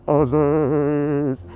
others